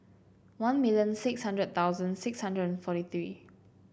one million six hundred thousand six hundred and forty three